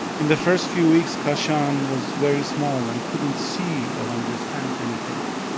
in the first few weeks kashan was very small and couldn't see or understand anything.